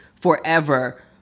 forever